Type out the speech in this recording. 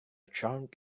charmed